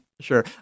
Sure